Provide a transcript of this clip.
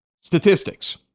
statistics